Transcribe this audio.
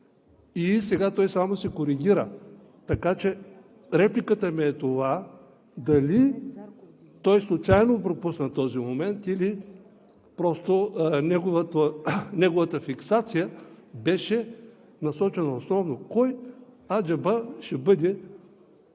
и сега той само се коригира. Така че репликата ми е това: дали той случайно пропусна този момент, или просто неговата фиксация беше насочена основно кой аджеба ще бъде